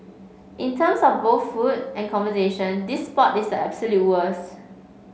in terms of both food and conversation this spot is the absolute worst